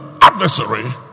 adversary